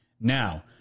Now